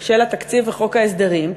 של התקציב וחוק ההסדרים,